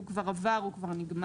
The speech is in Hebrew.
הוא כבר עבר ונגמר.